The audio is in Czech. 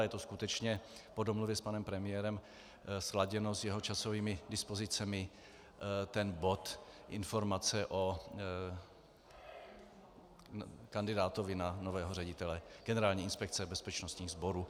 Je to skutečně po domluvě s panem premiérem, sladěno s jeho časovými dispozicemi bod Informace o kandidátovi na nového ředitele Generální inspekce bezpečnostních sborů.